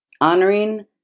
honoring